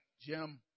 Jim